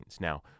Now